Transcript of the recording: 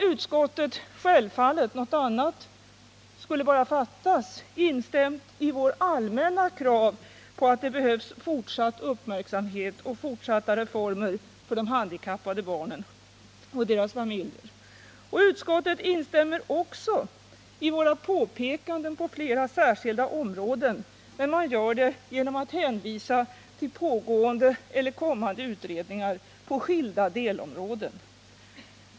Utskottet har — och något annat skulle bara fattas — instämt i fråga om vårt allmänna krav på att det behövs fortsatt uppmärksamhet och fortsatta reformer för de handikappade barnen och deras familjer. Utskottet instämmer också i våra påpekanden på flera särskilda områden, men man gör det genom att hänvisa till pågående eller kommande utredningar på skilda delområden.